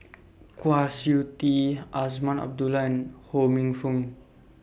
Kwa Siew Tee Azman Abdullah Ho Minfong